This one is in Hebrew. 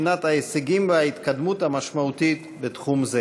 לבחינת ההישגים וההתקדמות המשמעותית בתחום זה.